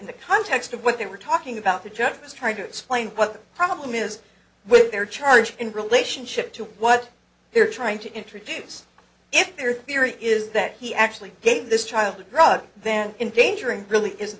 in the context of what they were talking about the judge was trying to explain what the problem is with their charge in relationship to what they're trying to introduce if their theory is that he actually gave this child the drug then in danger and really is a